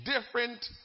different